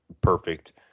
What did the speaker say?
perfect